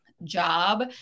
job